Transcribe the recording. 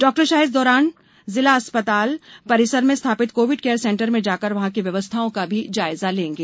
डॉ शाह इस दौरान जिला अस्पताल परिसर में स्थापित कोविड केयर सेंटर में जाकर वहां की व्यवस्थाओं का भी जायजा भी लेंगे